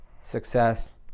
success